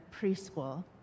preschool